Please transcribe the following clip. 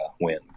win